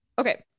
Okay